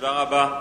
תודה רבה.